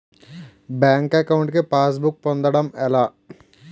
Bank account కి passbook పొందడం ఎలా?